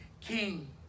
king